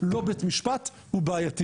לא הוא לא בית משפט הוא בעייתי.